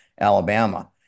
Alabama